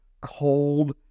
cold